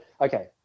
okay